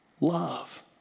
love